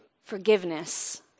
forgiveness